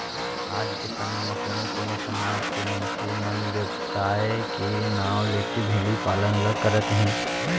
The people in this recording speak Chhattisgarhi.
आज के समे म कोनो कोनो समाज के मनसे मन बेवसाय के नांव लेके भेड़ी पालन ल करत हें